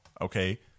okay